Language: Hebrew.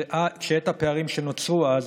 את הפערים שנוצרו אז,